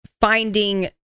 finding